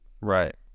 Right